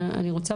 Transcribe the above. אני רוצה,